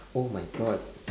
oh my god